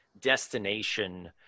destination